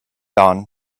dawn